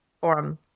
forum